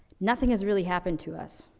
nothing has really happened to us.